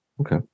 okay